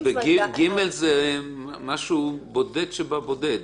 אז (ג) זה משהו שבודד שבבודד.